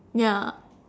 ya